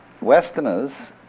Westerners